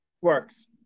Works